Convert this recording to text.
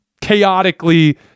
chaotically